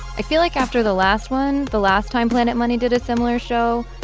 i feel like after the last one, the last time planet money did a similar show,